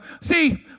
see